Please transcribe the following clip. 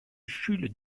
jules